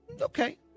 Okay